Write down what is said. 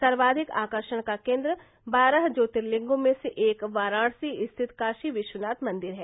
सर्वधिक आकर्षण का केन्द्र बारह ज्योर्तिलिगों में से एक वाराणसी स्थित काशी विश्वनाथ मंदिर है